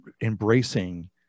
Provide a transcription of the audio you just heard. embracing